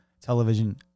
television